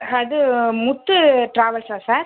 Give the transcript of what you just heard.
அது முத்து டிராவல்ஸா சார்